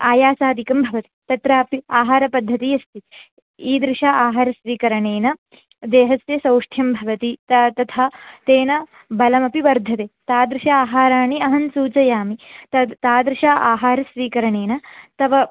आयासादिकं भवति तत्रापि आहारपद्धतिः अस्ति ईदृश आहारस्वीकरणेन देहस्य सौष्ठ्यं भवति ता तथा तेन बलमपि वर्धते तादृश आहाराणि अहं सूचयामि तद् तादृश आहारस्वीकरणेन तव